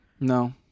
No